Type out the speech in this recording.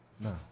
No